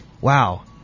wow